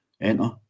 enter